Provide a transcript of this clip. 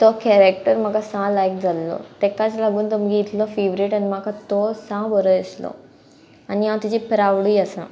तो कॅरेक्टर म्हाका सा लायक जाल्लो तेकाच लागून तो इतलो फेवरेट आनी म्हाका तो सा बरो दिसलो आनी हांव तेजी प्रावडूय आसा